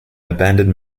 abandoned